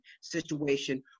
situation